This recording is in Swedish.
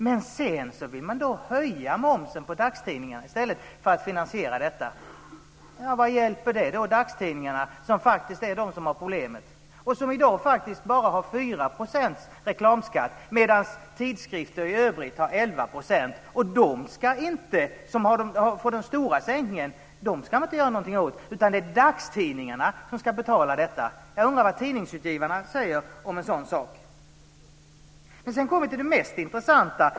Men i stället vill man höja momsen på dagstidningarna för att finansiera detta. Vad hjälper det dagstidningarna, som faktiskt är de som har problem? De har i dag bara 4 % reklamskatt, medan tidskrifter i övrigt har 11 %. De som får den stora sänkningen ska man inte göra något åt, utan det är dagstidningarna som ska betala detta. Jag undrar vad tidningsutgivarna säger om en sådan sak. Sedan kommer vi till det mest intressanta.